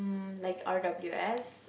um like r_w_s